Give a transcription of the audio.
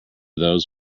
those